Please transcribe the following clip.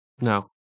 No